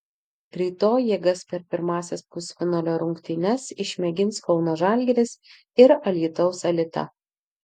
rytoj jėgas per pirmąsias pusfinalio rungtynes išmėgins kauno žalgiris ir alytaus alita